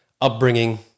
upbringing